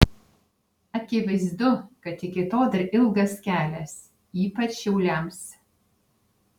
akivaizdu kad iki to dar ilgas kelias ypač šiauliams